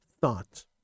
thought